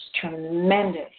tremendous